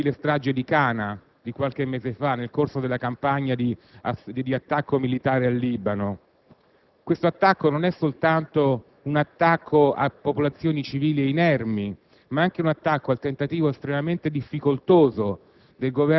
l'orribile strage di Cana di qualche mese fa nel corso della campagna di attacco militare al Libano; un attacco non soltanto a popolazioni civili inermi, ma anche al tentativo estremamente difficoltoso